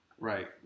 right